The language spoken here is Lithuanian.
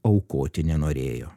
aukoti nenorėjo